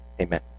amen